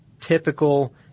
typical